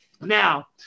Now